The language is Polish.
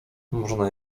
można